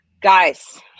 Guys